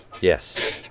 Yes